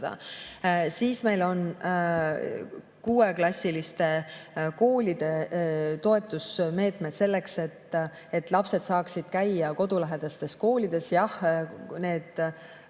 vastutada. Kuueklassiliste koolide toetusmeetmed on selleks, et lapsed saaksid käia kodulähedastes koolides. Jah, need koolid